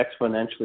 exponentially